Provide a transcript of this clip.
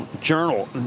Journal